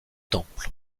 temple